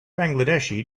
bangladeshi